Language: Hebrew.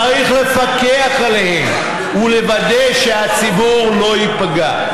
צריך לפקח עליהם ולוודא שהציבור לא ייפגע.